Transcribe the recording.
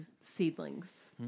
seedlings